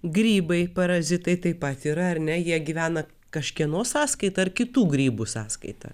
grybai parazitai taip pat yra ar ne jie gyvena kažkieno sąskaita ar kitų grybų sąskaita